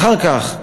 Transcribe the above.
אחר כך,